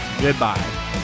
Goodbye